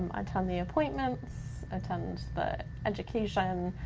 um attend the appointments, attend the education,